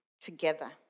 together